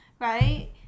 right